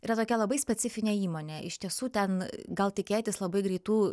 yra tokia labai specifinė įmonė iš tiesų ten gal tikėtis labai greitų